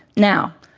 now,